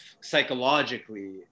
psychologically